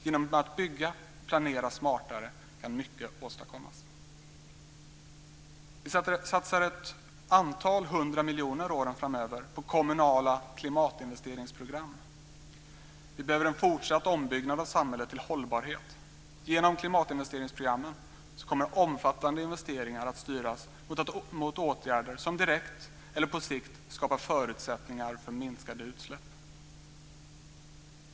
Genom att bygga och planera smartare kan mycket åstadkommas. Vi satsar ett antal hundra miljoner åren framöver på kommunala klimatinvesteringsprogram. Vi behöver en fortsatt ombyggnad av samhället till hållbarhet. Genom klimatinvesteringsprogrammen kommer omfattande investeringar att styras mot åtgärder som direkt eller på sikt skapar förutsättningar för minskade utsläpp.